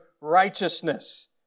righteousness